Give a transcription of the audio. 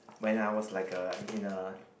when I was like a in a